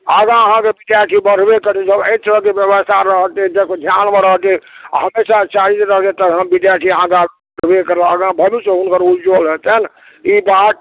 आगाँ अहाँकेँ विद्यार्थी बढ़बे करतै जब एहि तरहकेँ व्यवस्था रहतै जँ ध्यानमे रहतै हमेशा चाहबै हँ विद्यार्थी आगाँ बढ़बे करत आगाँ भविष्य हुनकर उज्ज्वल हेतनि ई बात